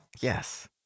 Yes